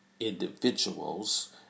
individuals